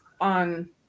on